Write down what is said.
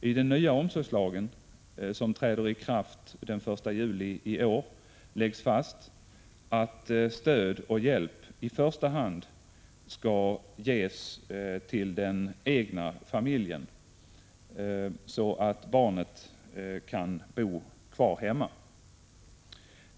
I den nya omsorgslagen, som träder i kraft den 1 juli i år, läggs fast att stöd och hjälp i första hand skall ges till den egna familjen, så att barnet kan bo kvar hemma.